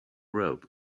robe